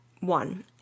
one